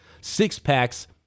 six-packs